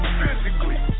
physically